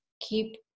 keep